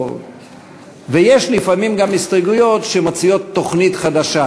ויש לפעמים גם הסתייגויות שמציעות תוכנית חדשה,